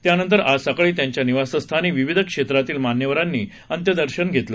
त्यानंतर आज सकाळी त्यांच्या निवासस्थानी विविध क्षेत्रातील मान्यवरांनी अंत्यदर्शन घेतलं